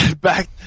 Back